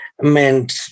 meant